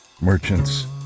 merchants